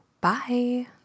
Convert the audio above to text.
Bye